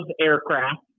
aircraft